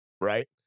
right